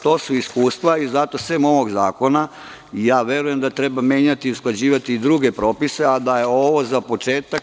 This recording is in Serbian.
To su iskustva i zato sem ovog zakona verujem da treba menjati i usklađivati druge propise, a da je ovo početak.